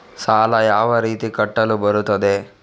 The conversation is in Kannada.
ಸಾಲ ಯಾವ ರೀತಿ ಕಟ್ಟಲು ಬರುತ್ತದೆ?